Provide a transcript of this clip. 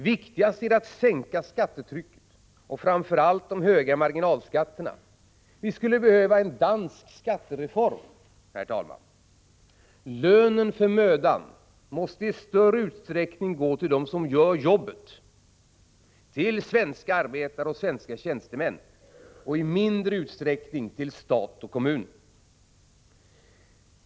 Viktigast är det att sänka skattetrycket och framför allt de höga marginalskatterna. Vi skulle behöva en dansk skattereform, herr talman. Lönen för mödan måste i större utsträckning gå till dem som gör jobbet — till svenska arbetare och svenska tjänstemän — och i mindre utsträckning till stat och kommun.